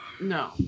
No